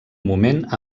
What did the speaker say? moment